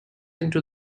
into